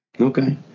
Okay